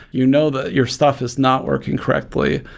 you know that your stuff is not working correctly,